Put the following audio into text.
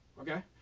Okay